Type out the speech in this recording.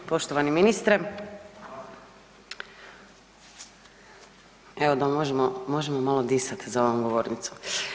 Poštovani ministre, evo da možemo malo disati za ovom govornicom.